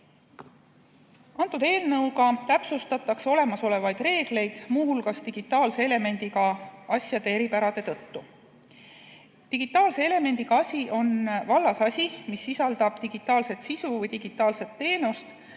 Eelnõuga täpsustatakse olemasolevaid reegleid, muu hulgas digitaalse elemendiga asjade eripärade tõttu. Digitaalse elemendiga asi on vallasasi, mis sisaldab digitaalset sisu või digitaalset teenust